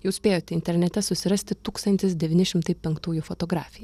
jau spėjote internete susirasti tūkstantis devyni šimtai penktųjų fotografiją